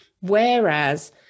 Whereas